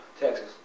texas